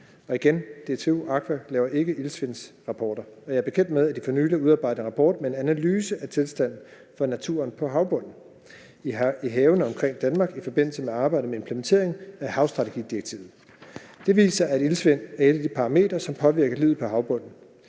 at DTU Aqua ikke laver iltsvindsrapporter. Jeg er bekendt med, at de for nylig har udarbejdet en rapport med en analyse af tilstanden for naturen på havbunden i havene omkring Danmark i forbindelse med arbejdet med implementeringen af havstrategidirektivet. Den viser, at iltsvind er et af de parametre, som påvirker livet på havbunden,